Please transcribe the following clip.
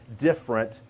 different